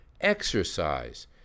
Exercise